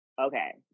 okay